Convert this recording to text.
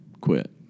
quit